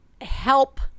help